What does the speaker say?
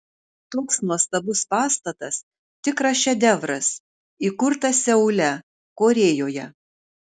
toks nuostabus pastatas tikras šedevras įkurtas seule korėjoje